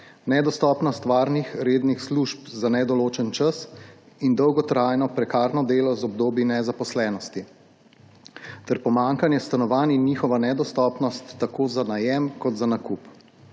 nedostopnost varnih rednih služb za nedoločen čas in dolgotrajno prekarno delo z obdobji nezaposlenosti ter pomanjkanje stanovanj in njihova nedostopnost tako za najem kot za nakup.